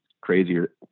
crazier